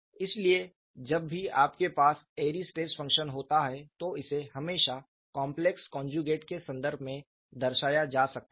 इसलिए जब भी आपके पास एयरी स्ट्रेस फंक्शन होता है तो इसे हमेशा कॉम्प्लेक्स कोंजूगेट के संदर्भ में दर्शाया जा सकता है